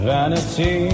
Vanity